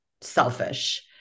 selfish